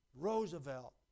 Roosevelt